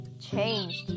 changed